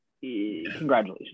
Congratulations